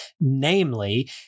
Namely